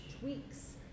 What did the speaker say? tweaks